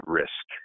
risk